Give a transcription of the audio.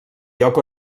lloc